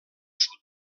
sud